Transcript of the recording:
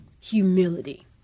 humility